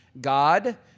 God